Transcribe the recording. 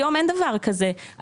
היום אין דבר כזה.